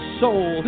soul